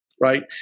right